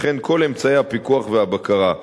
וכן כל אמצעי הפיקוח והבקרה.